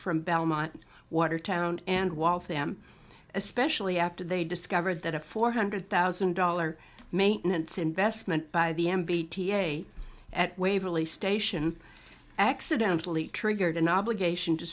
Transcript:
from belmont watertown and walls them especially after they discovered that a four hundred thousand dollars maintenance investment by the m b t a at waverley station accidentally triggered an obligation to